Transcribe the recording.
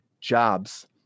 jobs